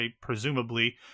presumably